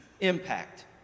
impact